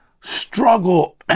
struggle